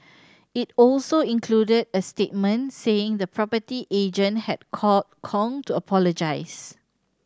it also included a statement saying the property agent had called Kong to apologise